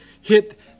hit